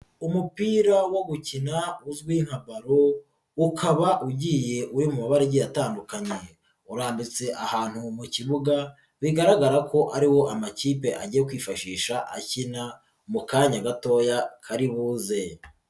Umupira wo gukina uzwi nka balo, ukaba ugiye uri mu mabara agiye atandukanye. Urambitse ahantu mu kibuga, bigaragara ko ari wo amakipe agiye kwifashisha akina mu kanya gatoya karibuze.